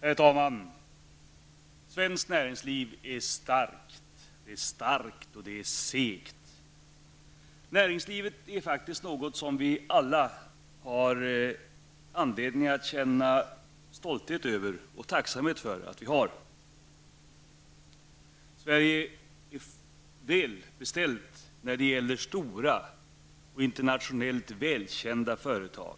Herr talman! Svenskt näringsliv är starkt och det är segt. Näringslivet är faktiskt något som vi alla har anledning att känna stolthet över och tacksamhet för att vi har. Sverige är välbeställt när det gäller stora och internationellt välkända företag,